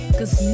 cause